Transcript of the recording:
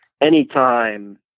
anytime